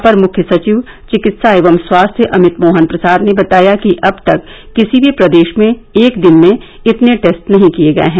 अपर मुख्य सचिव चिकित्सा एवं स्वास्थ्य अमित मोहन प्रसाद ने बताया कि अब तक किसी भी प्रदेश में एक दिन में इतने टेस्ट नहीं किए गए हैं